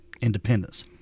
Independence